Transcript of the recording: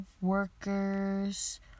workers